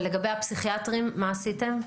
ולגבי הפסיכיאטרים, מה עשיתם?